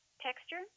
texture